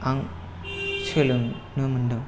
आं सोलोंनो मोन्दों